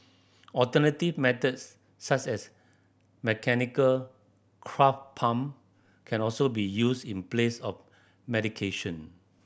alternative methods such as mechanical pump can also be used in place of medication